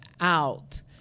out